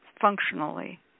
functionally